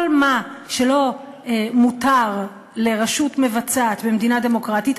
כל מה שלא מותר לרשות מבצעת במדינה דמוקרטית,